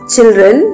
Children